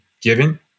given